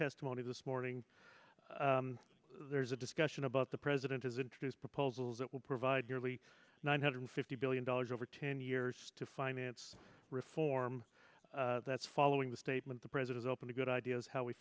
testimony this morning there's a discussion about the president has introduced proposals that will provide nearly nine hundred fifty billion dollars over ten years to finance reform that's following the statement the president open to good ideas how we